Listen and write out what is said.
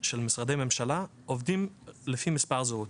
של משרדי הממשלה עובדות לפי מספר זהות